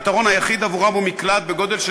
הפתרון היחיד עבורם הוא מקלט בגודל של